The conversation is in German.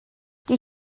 die